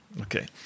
Okay